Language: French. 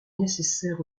nécessaire